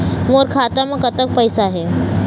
मोर खाता म कतक पैसा हे?